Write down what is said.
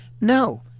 No